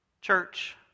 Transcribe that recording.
Church